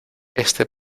este